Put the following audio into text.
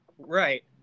Right